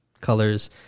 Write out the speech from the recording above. colors